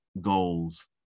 goals